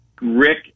Rick